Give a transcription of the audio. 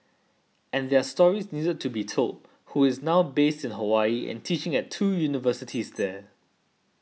and their stories needed to be told who is now based in Hawaii and teaching at two universities there